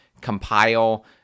compile